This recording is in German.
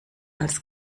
als